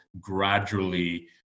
gradually